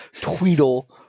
Tweedle